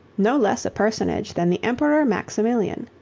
no less a personage than the emperor maximilian.